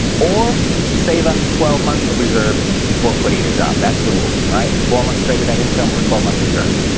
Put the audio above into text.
or save up twelve months of reserves, before quitting your job. that's the rule. all right? four months straight of that income or twelve months reserves.